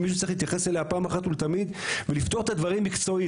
שמישהו צריך להתייחס אליה פעם אחת ולתמיד ולפתור את הדברים מקצועית.